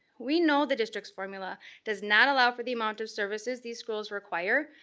we know the districts' formula does not allow for the amount of services these schools require.